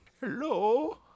Hello